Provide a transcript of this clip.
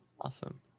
Awesome